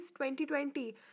2020